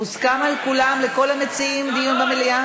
מוסכם על כולם, על כל המציעים, דיון במליאה?